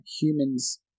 humans